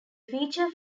feature